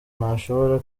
ntashobora